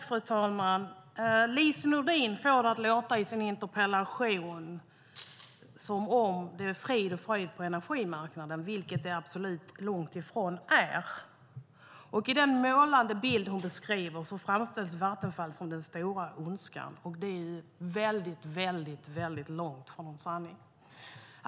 Fru talman! Lise Nordin får det att låta i sin interpellation som om det är frid och fröjd på energimarknaden, vilket det långt ifrån är. I den målande bild hon beskriver framställs Vattenfall som den stora ondskan, och det är väldigt långt från sanningen.